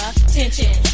attention